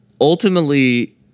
ultimately